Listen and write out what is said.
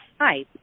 Hi